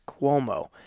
Cuomo